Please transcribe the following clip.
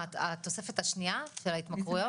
מה התוספת השנייה של ההתמכרויות?